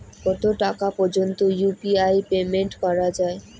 কত টাকা পর্যন্ত ইউ.পি.আই পেমেন্ট করা যায়?